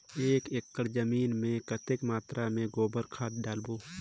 एक एकड़ जमीन मे कतेक मात्रा मे गोबर खाद डालबो?